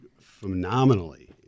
phenomenally